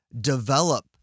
develop